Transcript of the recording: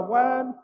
one